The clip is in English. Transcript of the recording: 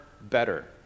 better